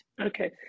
Okay